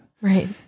Right